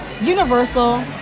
Universal